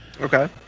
Okay